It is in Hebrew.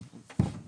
הבעיה.